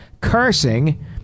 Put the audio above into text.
...cursing